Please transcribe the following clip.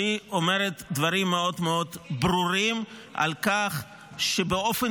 שאומרת דברים מאוד מאוד ברורים על כך שבאופן